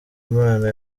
imana